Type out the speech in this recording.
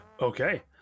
Okay